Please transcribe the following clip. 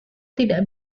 tidak